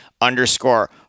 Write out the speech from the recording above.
underscore